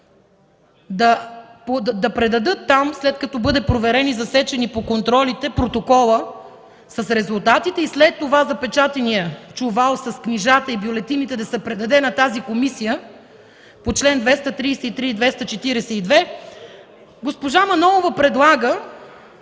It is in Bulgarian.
да предадат там, след като бъде проверен и засечен по контролите протоколът с резултатите и след това запечатаният чувал с книжата и бюлетините да се предаде на тази комисия по чл. 233 и 242, госпожа Манолова предлага